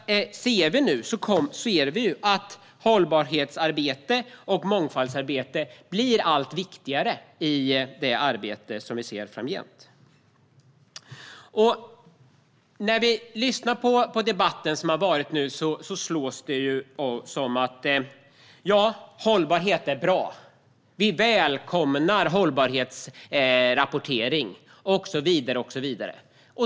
Vi ser nu att hållbarhetsarbete och mångfaldsarbete blir allt viktigare framgent. Här i debatten har vi hört att hållbarhet är något bra, att man välkomnar hållbarhetsrapportering och så vidare.